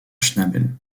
schnabel